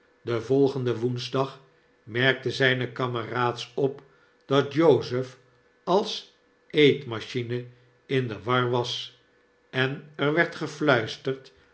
den volgenden woensdag merkten ztjne kameraads op dat jozef als eetmachine in de war was en er werd